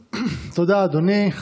תודה, אדוני.